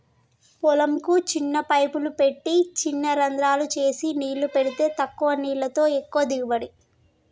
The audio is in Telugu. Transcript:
పొలం కు చిన్న పైపులు పెట్టి చిన రంద్రాలు చేసి నీళ్లు పెడితే తక్కువ నీళ్లతో ఎక్కువ దిగుబడి